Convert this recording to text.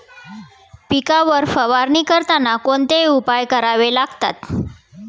पिकांवर फवारणी करताना कोणते उपाय करावे लागतात?